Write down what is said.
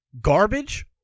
garbage